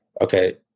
okay